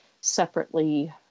separately